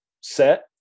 set